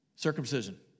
Circumcision